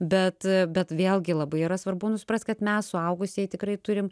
bet bet vėlgi labai yra svarbu nu suprast kad mes suaugusieji tikrai turime